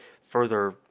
further